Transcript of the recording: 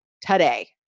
today